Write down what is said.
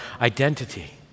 identity